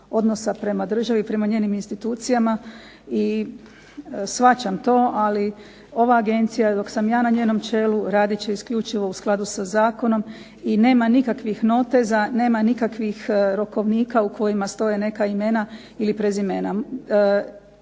odnosa prema državi i prema njenim institucijama i shvaćam to. Ali ova agencija dok sam ja na njenom čelu radit će isključivo u skladu sa zakonom. I nema nikakvih noteza, nema nikakvih rokovnika u kojima stoje neka imena ili prezimena.